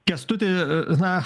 kęstuti na